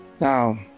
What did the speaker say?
Now